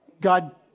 God